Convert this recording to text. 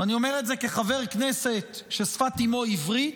אני אומר את זה כחבר כנסת ששפת אימו היא עברית,